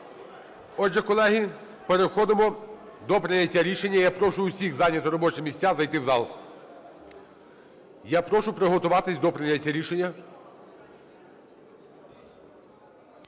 Отже, колеги, переходимо до прийняття рішення. Я прошу усіх зайняти робочі місця, зайти в зал. Я прошу приготуватися до прийняття рішення.